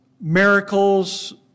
miracles